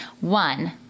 One